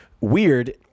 weird